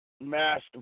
Master